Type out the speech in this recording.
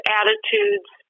attitudes